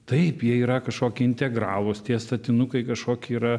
taip jie yra kažkokie integralūs tie statinukai kažkokie yra